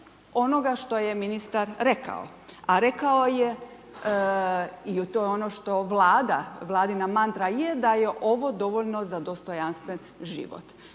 onoga što je ministar rekao, a rekao je i to je ono što Vlada, Vladina mantra je da je ovo dovoljno za dostojanstven život.